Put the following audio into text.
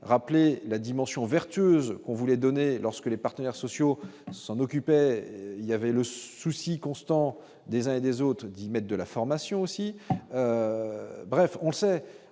rappeler la dimension vertueuse, on voulait donner lorsque les partenaires sociaux s'en occupait il y avait le souci constant des uns et des autres, Guillemette de la formation aussi, bref, on le sait,